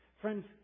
Friends